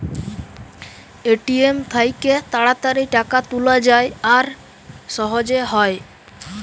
ATM থ্যাইকে তাড়াতাড়ি টাকা তুলা যায় আর সহজে হ্যয়